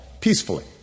peacefully